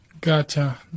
Gotcha